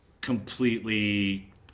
completely